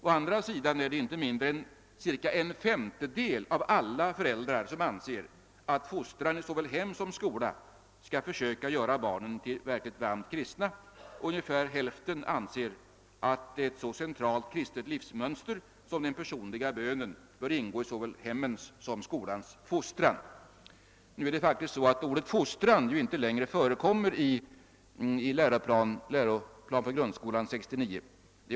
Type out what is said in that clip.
Å andra sidan är det inte mindre än cirka en femtedel av alla föräldrar som anser, att fostran i såväl hem som skola skall försöka göra barnen till verkligt varmt kristna, och ungefär hälften anser att ett så centralt kristet livsmönster som den personliga bönen bör ingå i såväl hemmens som skolans fostran. Nu är det så att ordet »fostran» inte längre förekommer i Läroplan för grundskolan 1969.